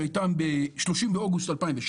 והיא הייתה ב-30 באוגוסט 2016,